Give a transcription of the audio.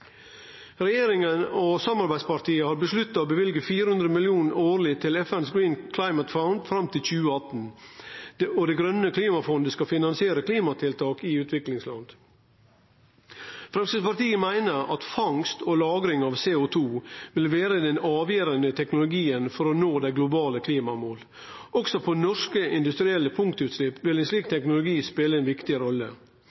Regjeringa og samarbeidspartia har vedtatt å løyve 400 mill. kr årleg til FNs Green Climate Fund fram til 2018. Det grøne klimafondet skal finansiere klimatiltak i utviklingsland. Framstegspartiet meiner at fangst og lagring av CO2 vil vere den avgjerande teknologien for å nå dei globale klimamåla. Også for norske industrielle punktutslepp vil ein slik